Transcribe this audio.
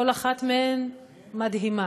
כל אחת מהן מדהימה.